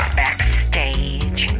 backstage